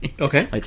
okay